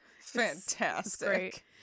fantastic